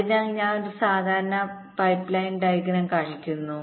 അതിനാൽ ഞാൻ ഒരു സാധാരണ പൈപ്പ്ലൈൻ ഡയഗ്രം കാണിക്കുന്നു